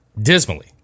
dismally